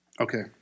Okay